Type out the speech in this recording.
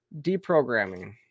deprogramming